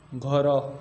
ଘର